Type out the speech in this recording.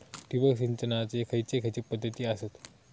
ठिबक सिंचनाचे खैयचे खैयचे पध्दती आसत?